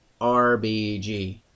RBG